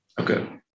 Okay